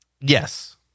Yes